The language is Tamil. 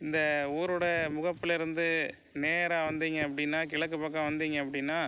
இந்த ஊரோட முகப்பில் இருந்து நேராக வந்தீங்க அப்படினா கிழக்கு பக்கம் வந்தீங்க அப்படினா